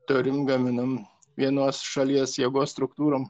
turim gaminam vienos šalies jėgos struktūrom